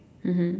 mmhmm